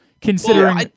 Considering